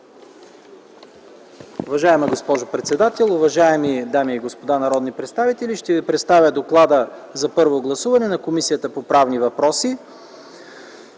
Уважаема госпожо председател, уважаеми дами и господа народни представители, ще ви представя доклада за първо гласуване на Комисията по правни въпроси: